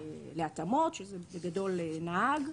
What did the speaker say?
להתאמות, שזה בגדול נהג,